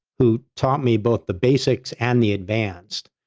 who taught me both the basics and the advanced.